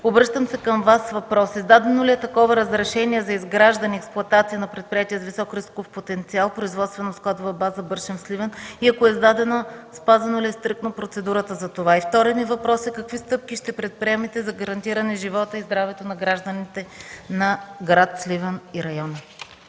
обръщам към Вас с въпрос: издадено ли е такова разрешение за изграждане и експлоатация на предприятие с висок рисков потенциал „Производствено складова база – Бършен” в Сливен и ако е издадено, спазена ли е стриктно процедурата за това? И вторият ми въпрос е: какви стъпки ще предприемете за гарантиране живота и здравето на гражданите на гр. Сливен и района?